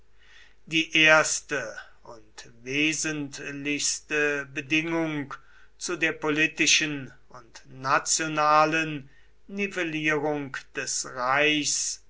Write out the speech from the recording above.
die erste und wesentlichste bedingung zu der politischen und nationalen nivellierung des reichs